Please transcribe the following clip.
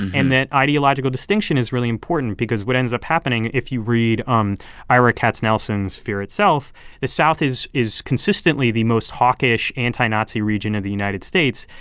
and that ideological distinction is really important because what ends up happening, if you read um ira katznelson's fear itself the south is is consistently the most hawkish, anti-nazi region of the united states.